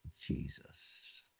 Jesus